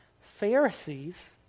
pharisees